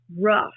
rough